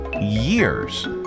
years